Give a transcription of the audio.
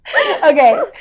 okay